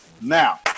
Now